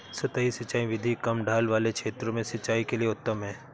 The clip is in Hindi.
सतही सिंचाई विधि कम ढाल वाले क्षेत्रों में सिंचाई के लिए उत्तम है